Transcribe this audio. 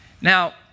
now